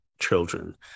children